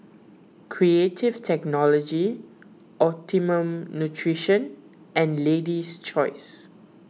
Creative Technology Optimum Nutrition and Lady's Choice